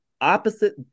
opposite